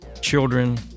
children